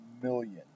million